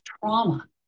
trauma